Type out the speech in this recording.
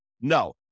no